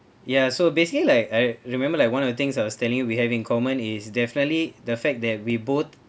ya so basically like I remember like one of the things outstanding we have in common is definitely the fact that we both